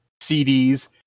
CDs